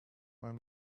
moin